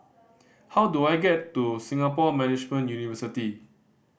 how do I get to Singapore Management University